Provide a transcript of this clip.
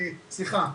סליחה,